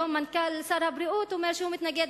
היום מנכ"ל משרד הבריאות אומר שהוא מתנגד